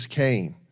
came